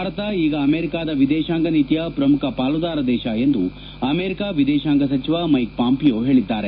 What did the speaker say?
ಭಾರತ ಈಗ ಅಮೆರಿಕದ ವಿದೇಶಾಂಗ ನೀತಿಯ ಪ್ರಮುಖ ಪಾಲುದಾರ ದೇಶ ಎಂದು ಅಮೆರಿಕ ವಿದೇಶಾಂಗ ಸಚಿವ ಮೈಕ್ ಪಾಂಪಿಯೋ ಹೆಳಿದ್ದಾರೆ